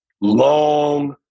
Long